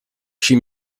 she